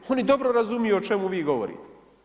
Oni dobro razumiju o čemu vi govorite.